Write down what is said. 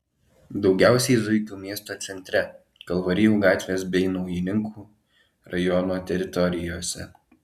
daugiausiai zuikių miesto centre kalvarijų gatvės bei naujininkų rajono teritorijose